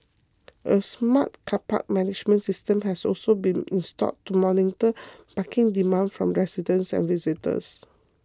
a smart car park management system has also been installed to monitor parking demand from residents and visitors